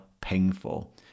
painful